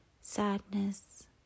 sadness